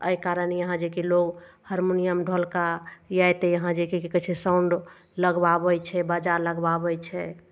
अइ कारण यहाँ जे कि लोग हार्मोनियम ढोलक आइत यहाँ जे कि की कहय छै साउंड लगबाबय छै बाजा लगबाबय छै